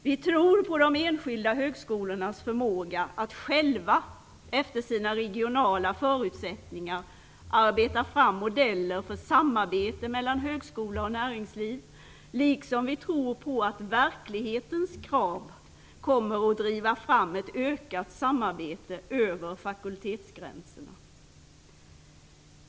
Vi tror på de enskilda högskolornas förmåga att själva efter sina regionala förutsättningar arbeta fram modeller för samarbete mellan högskola och näringsliv, liksom vi tror på att verklighetens krav kommer att driva fram ett ökat samarbete över fakultetsgränserna.